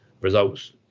results